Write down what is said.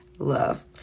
love